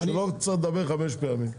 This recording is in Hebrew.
שלא תצטרך לדבר חמש פעמים.